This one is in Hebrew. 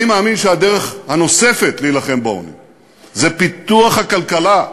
אני מאמין שהדרך הנוספת להילחם בעוני היא פיתוח הכלכלה.